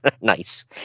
Nice